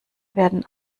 werden